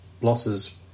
losses